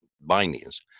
bindings